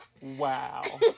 Wow